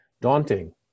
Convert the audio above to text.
daunting